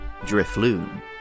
Drifloon